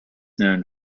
known